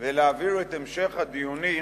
ולהעביר את המשך הדיונים